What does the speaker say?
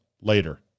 later